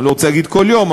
אני לא רוצה להגיד כל יום,